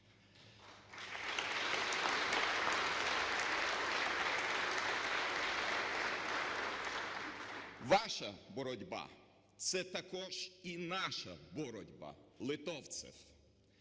Ваша боротьба – це також і наша боротьба, литовців.